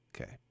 Okay